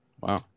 Wow